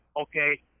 okay